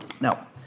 Now